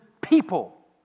people